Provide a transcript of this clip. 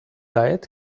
diet